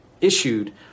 issued